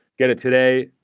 get it today,